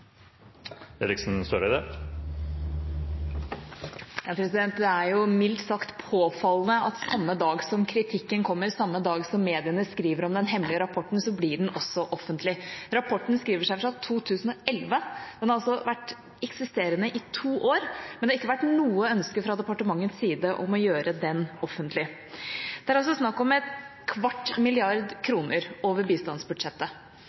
er jo mildt sagt påfallende at samme dag som kritikken kommer, samme dag som mediene skriver om den hemmelige rapporten, blir den også offentlig. Rapporten skriver seg fra 2011 – den har altså vært eksisterende i to år – men det har ikke vært noe ønske fra departementets side om å gjøre den offentlig. Det er altså snakk om en kvart milliard kroner over bistandsbudsjettet.